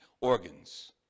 organs